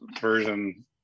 version